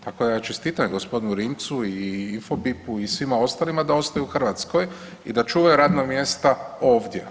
Tako da ja čestitam gospodinu Rimcu i Infobipu i svima ostalima da ostaju u Hrvatskoj i da čuvaju radna mjesta ovdje.